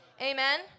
Amen